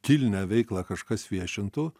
kilnią veiklą kažkas viešintų